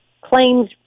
claims